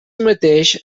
mateix